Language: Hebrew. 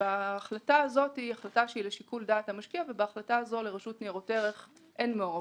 בהחלטה הזאת לרשות ניירות ערך אין מעורבות.